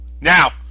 Now